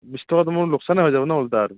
বিছ টকাতো মোৰ লোকচানে হৈ যাব ন' ওলোটা আৰু